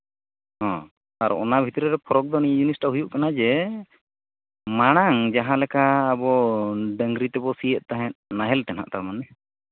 ᱦᱮᱸ ᱟᱨ ᱚᱱᱟ ᱵᱷᱤᱛᱨᱤ ᱨᱮ ᱯᱷᱨᱚᱠ ᱢᱤᱫ ᱡᱤᱱᱤᱥ ᱴᱟ ᱦᱩᱭᱩᱜ ᱠᱟᱱᱟ ᱡᱮ ᱢᱟᱨᱟᱝ ᱡᱟᱦᱟᱸ ᱞᱮᱠᱟ ᱟᱵᱚ ᱰᱟᱹᱝᱨᱤ ᱛᱮᱵᱚ ᱥᱤᱭᱮᱫ ᱛᱟᱦᱮᱸᱫ